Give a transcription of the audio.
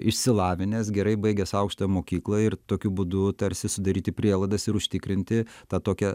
išsilavinęs gerai baigęs aukštąją mokyklą ir tokiu būdu tarsi sudaryti prielaidas ir užtikrinti tą tokią